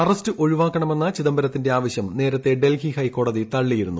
arrest ഒഴിവാക്കണമെന്ന ചിദംബരത്തിന്റെ ആവശ്യം നേരത്തെ ഡൽഹി ഹൈക്കോടതി തള്ളിയിരുന്നു